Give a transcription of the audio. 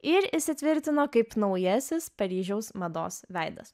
ir įsitvirtino kaip naujasis paryžiaus mados veidas